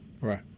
Right